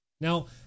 Now